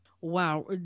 Wow